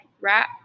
wrap